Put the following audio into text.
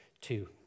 two